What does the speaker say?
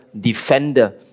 Defender